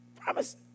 promise